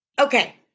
Okay